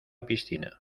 piscina